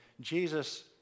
Jesus